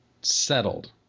settled